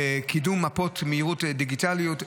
קידום מפות מהירות דיגיטליות.